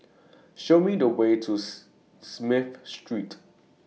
Show Me The Way to Smith Street